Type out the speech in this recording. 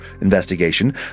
investigation